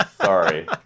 Sorry